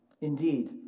Indeed